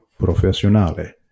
professionale